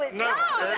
but no,